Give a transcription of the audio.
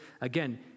again